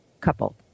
couple